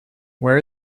where